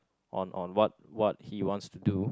on on what what he wants to do